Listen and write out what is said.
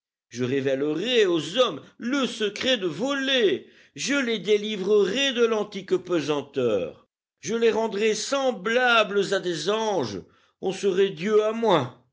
je révélerai aux hommes le secret de voler je les délivrerai de l'antique pesanteur je les rendrai semblables à des anges on serait dieu à moins